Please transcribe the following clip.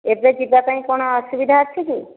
ଏବେ ଯିବା ପାଇଁ କ'ଣ ଅସୁବିଧା ଅଛି କି